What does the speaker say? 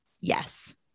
Yes